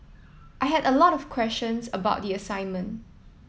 I had a lot of questions about the assignment